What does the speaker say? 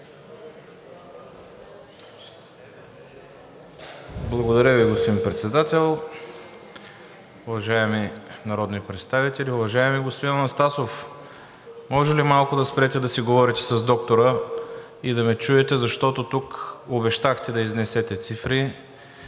Благодаря Ви, господин Председател. Уважаеми народни представители! Уважаеми господин Анастасов, може ли малко да спрете да си говорите с доктора и да ме чуете, защото тук обещахте да изнесете цифри?